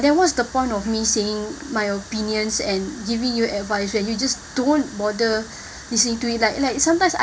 then what's the point of me saying my opinions and giving you advice when you just don't bother listening to it like like sometimes I